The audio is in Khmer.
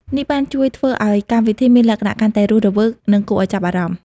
នេះបានជួយធ្វើឱ្យកម្មវិធីមានលក្ខណៈកាន់តែរស់រវើកនិងគួរឱ្យចាប់អារម្មណ៍។